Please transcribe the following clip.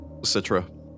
Citra